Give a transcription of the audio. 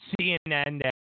CNN